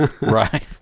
Right